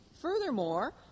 Furthermore